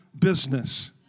business